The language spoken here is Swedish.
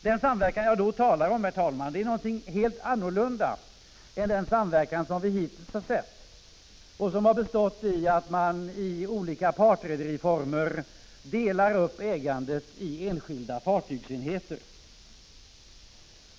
Den samverkan som jag då talar om, herr talman, är något helt annorlunda än den samverkan som vi hittills har sett och som bestått i att man i olika partrederiformer delar upp ägandet i enskilda fartygsenheter.